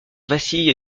vacille